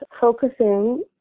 focusing